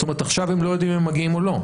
זאת אומרת עכשיו הם לא יודעים אם הם מגיעים או לא,